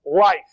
life